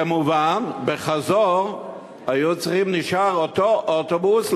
כמובן בחזור נשאר אותו אוטובוס,